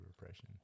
repression